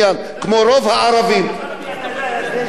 גם אני, היה הקרש הזה, סחבתי בלוקים כל היום.